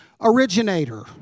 originator